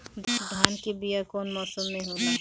धान के बीया कौन मौसम में होला?